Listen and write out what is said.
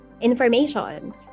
information